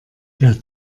der